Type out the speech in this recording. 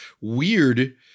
weird